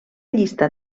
llista